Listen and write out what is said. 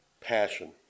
passion